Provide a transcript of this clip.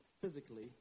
physically